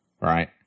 right